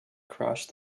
crashed